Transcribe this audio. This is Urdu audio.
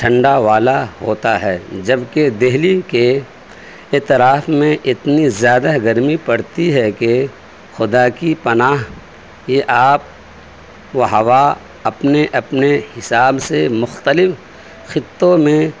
ٹھنڈا والا ہوتا ہے جب کہ دہلی کے اطراف میں اتنی زیادہ گرمی پڑتی ہے کہ خدا کی پناہ یہ آب و ہوا اپنے اپنے حساب سے مختلف خطوں میں